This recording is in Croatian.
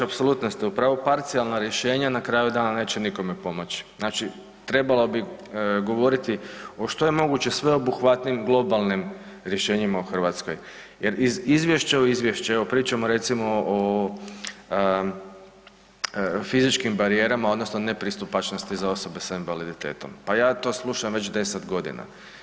Apsolutno ste u pravu, parcijalna rješenja na kraju dana neće nikome pomoći, znači trebalo bi govoriti o što je moguće sveobuhvatnijim globalnim rješenjima u Hrvatskoj jer iz izvješća u izvješće, evo pričamo recimo o fizičkim barijerama odnosno nepristupačnosti za osobe s invaliditetom, pa ja to slušam već 10 godina.